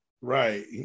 Right